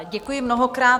Děkuji mnohokrát.